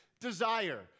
desire